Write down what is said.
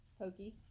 Pokies